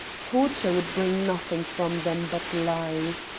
torture would bring nothing from them but lies.